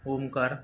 Omkar